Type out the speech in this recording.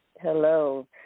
Hello